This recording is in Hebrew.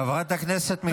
חברת הכנסת מיכאלי.